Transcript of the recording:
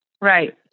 Right